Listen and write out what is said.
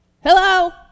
Hello